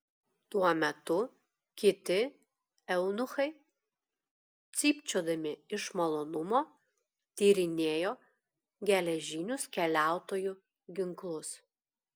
tuo metu kiti eunuchai cypčiodami iš malonumo tyrinėjo geležinius keliautojų ginklus